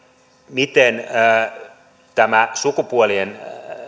miten sukupuolien